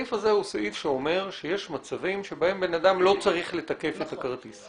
הסעיף הזה אומר שיש מצבים שבהם אדם לא צריך לתקף את הכרטיס.